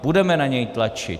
Budeme na něj tlačit.